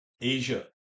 Asia